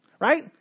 right